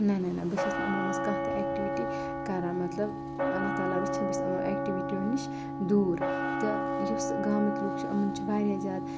نہ نہ نہ بہٕ چھس نہٕ یِمو منٛز کانہہ تہِ ایٚکٹوٹی کران مطلب اللہ تعالٰی رٔچھِنۍ بہٕ چھس یمو ایٚکٹویٹو نِش دوٗر تہٕ یُس گامٕکۍ لُکھ چھِ یِمن چھ واریاہ زیادٕ